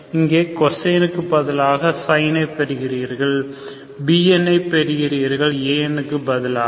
இங்கே cosine க்கு பதிலாக sine ஐ பெறுகிறீர்கள் bm ஐ பெறுகிறீர்கள் amக்கு பதிலாக